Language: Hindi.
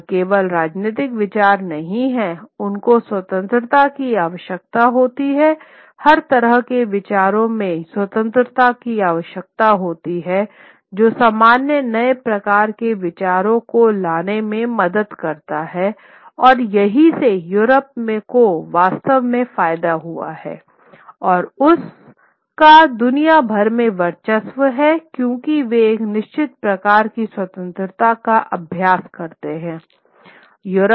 तो यह केवल राजनीतिक विचार नहीं है उनको स्वतंत्रता की आवश्यकता होती है हर तरह के विचारों में स्वतंत्रता की आवश्यकता होती है जो सामान्य नए प्रकार के विचारों को लाने में मदद करता है और यहीं से यूरोप को वास्तव में फायदा हुआ है और उसका दुनिया भर में वर्चस्व है क्योंकि वे एक निश्चित प्रकार की स्वतंत्रता का अभ्यास करते है